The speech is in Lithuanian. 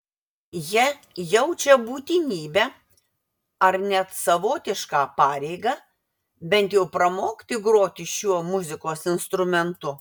jie jaučia būtinybę ar net savotišką pareigą bent jau pramokti groti šiuo muzikos instrumentu